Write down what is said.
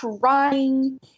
crying